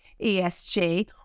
ESG –